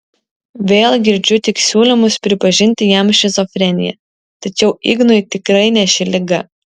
vėl girdžiu tik siūlymus pripažinti jam šizofreniją tačiau ignui tikrai ne ši liga